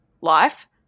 life